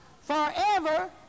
forever